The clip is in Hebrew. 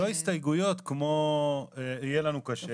לא הסתייגויות כמו יהיה לנו קשה.